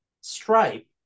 stripe